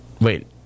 Wait